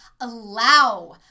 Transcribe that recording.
allow